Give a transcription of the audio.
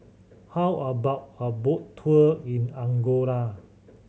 how about a boat tour in Angola